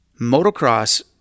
motocross